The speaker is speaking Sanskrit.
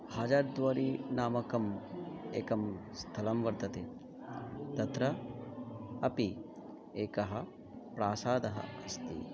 हाजर् द्वारिनामकम् एकं स्थलं वर्तते तत्र अपि एकः प्रासादः अस्ति